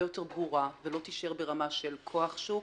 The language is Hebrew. יותר ברורה ולא תישאר ברמה של כוח שוק,